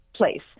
place